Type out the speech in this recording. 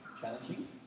challenging